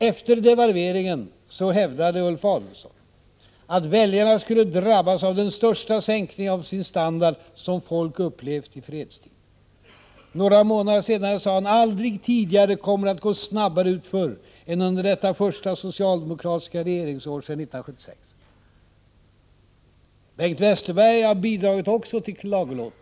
Efter devalveringen hävdade Ulf Adelsohn att väljarna ”skulle drabbas av den största sänkning av sin standard som vårt folk upplevt i fredstid”. Några månader senare sade han: ” Aldrig tidigare kommer det att gå snabbare utför än under detta första socialdemokratiska regeringsår sedan 1976.” Även Bengt Westerberg har bidragit till klagolåten.